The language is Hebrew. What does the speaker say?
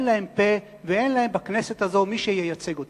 ואין להם פה ואין להם בכנסת הזאת מי שייצג אותם.